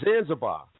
Zanzibar